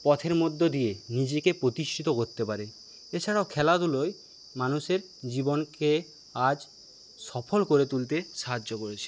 পথের মধ্য দিয়ে নিজেকে প্রতিষ্ঠিত করতে পারে এছাড়াও খেলাধুলায় মানুষের জীবনকে আজ সফল করে তুলতে সাহায্য করেছে